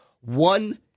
one